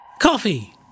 Coffee